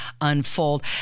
unfold